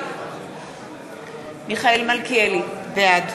בעד מיכאל מלכיאלי, בעד